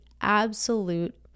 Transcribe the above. absolute